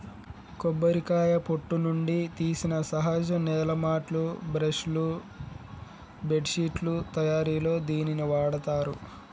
కొబ్బరికాయ పొట్టు నుండి తీసిన సహజ నేల మాట్లు, బ్రష్ లు, బెడ్శిట్లు తయారిలో దీనిని వాడతారు